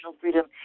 freedom